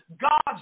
God's